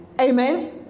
Amen